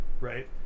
Right